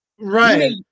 Right